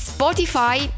Spotify